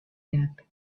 gap